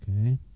Okay